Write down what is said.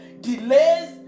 delays